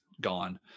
gone